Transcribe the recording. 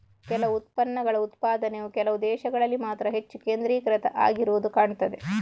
ಕೆಲವು ಉತ್ಪನ್ನಗಳ ಉತ್ಪಾದನೆಯು ಕೆಲವು ದೇಶಗಳಲ್ಲಿ ಮಾತ್ರ ಹೆಚ್ಚು ಕೇಂದ್ರೀಕೃತ ಆಗಿರುದು ಕಾಣ್ತದೆ